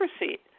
receipt